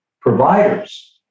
providers